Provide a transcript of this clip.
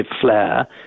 flair